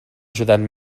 ajudant